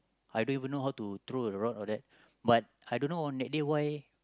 I don't even know how to throw a rod all that but I don't know on that day why